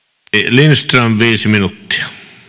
lindström viisi minuuttia